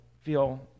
feel